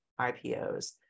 IPOs